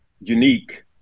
unique